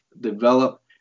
develop